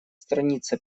страница